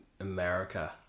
America